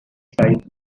side